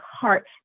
heart